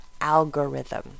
algorithm